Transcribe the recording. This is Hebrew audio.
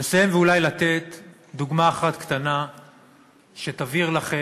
לסיים ואולי לתת דוגמה אחת קטנה שתבהיר לכם